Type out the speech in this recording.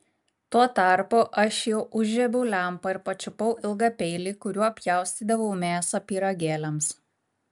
tuo tarpu aš jau užžiebiau lempą ir pačiupau ilgą peilį kuriuo pjaustydavau mėsą pyragėliams